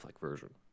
version